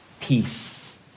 peace